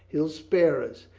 he'll spare us.